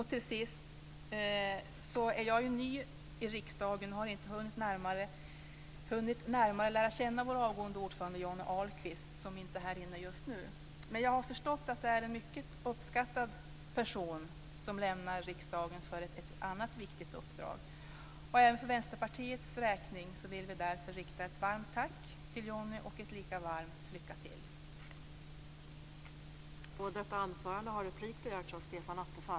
Till sist: Jag är ny i riksdagen, så jag har inte hunnit närmare lära känna vår avgående ordförande Johnny Ahlqvist, som inte är här inne just nu. Men jag har förstått att det är en mycket uppskattad person som lämnar riksdagen för ett annat viktigt uppdrag. För Vänsterpartiets räkning vill jag därför rikta ett varmt tack till Johnny och ett lika varmt lycka till!